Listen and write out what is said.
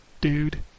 Dude